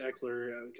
Eckler